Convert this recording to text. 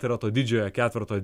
tai yra to didžiojo ketverto